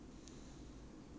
做什么 leh